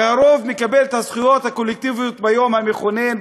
כי הרוב מקבל את הזכויות הקולקטיביות ביום המכונן,